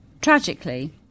Tragically